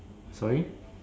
sorry